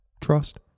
trust